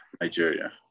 Nigeria